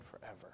forever